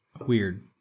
Weird